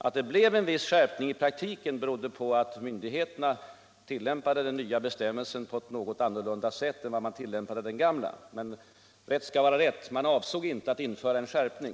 Att det blev en viss skärpning i praktiken berodde på att myndigheterna tillämpade den nya bestämmelsen på ett något annat sätt än man tillämpade den gamla. Rätt skall vara rätt. Man avsåg inte att införa en skärpning.